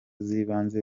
zibanze